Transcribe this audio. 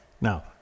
Now